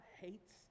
hates